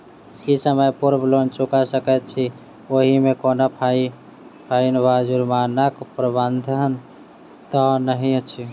की समय पूर्व लोन चुका सकैत छी ओहिमे कोनो फाईन वा जुर्मानाक प्रावधान तऽ नहि अछि?